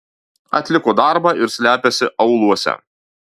atliko darbą ir slepiasi aūluose